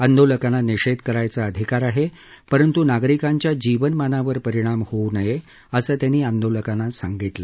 आंदोलकांना निषेध करण्याचा अधिकार आहे परंतू नागरिकांच्या जीवनमानावर परिणाम होऊ नये असं त्यांनी आंदोलकांना सांगितलं